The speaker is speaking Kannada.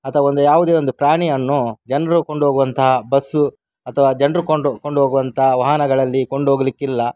ಅಥವಾ ಒಂದು ಯಾವುದೇ ಒಂದು ಪ್ರಾಣಿಯನ್ನು ಜನರು ಕೊಂಡೋಗುವಂತಹ ಬಸ್ಸು ಅಥವಾ ಜನರು ಕೊಂಡು ಕೊಂಡು ಹೋಗುವಂಥ ವಾಹನಗಳಲ್ಲಿ ಕೊಂಡು ಹೋಗಲಿಕ್ಕಿಲ್ಲ